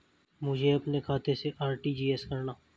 मुझे अपने खाते से आर.टी.जी.एस करना?